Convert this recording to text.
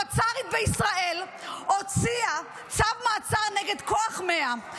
הפצ"רית בישראל הוציאה צו מעצר נגד כוח 100,